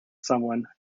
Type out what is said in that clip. someone